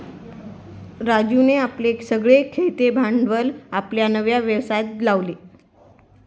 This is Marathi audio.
राजीवने आपले सगळे खेळते भांडवल आपल्या नव्या व्यवसायात लावले